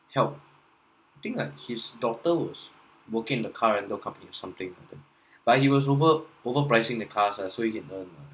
help think like his daughter was working in the car rental company or something but he was over over pricing the cars lah so he can earn ah